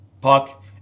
puck